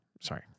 Sorry